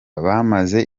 bamaze